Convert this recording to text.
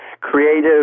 creative